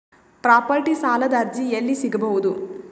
Property ಸಾಲದ ಅರ್ಜಿ ಎಲ್ಲಿ ಸಿಗಬಹುದು?